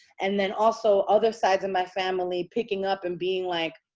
and then also other sides of my family picking up and being like,